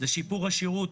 זה שיפור השירות,